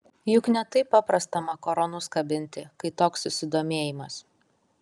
juk ne taip paprasta makaronus kabinti kai toks susidomėjimas